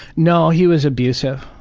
no, he was abusive.